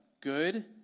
Good